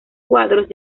cuadros